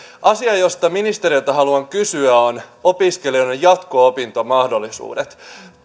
asia josta ministeriltä haluan kysyä on opiskelijoiden jatko opintomahdollisuudet